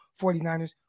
49ers